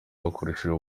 yakoresheje